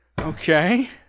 Okay